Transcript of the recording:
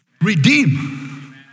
Redeem